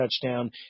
touchdown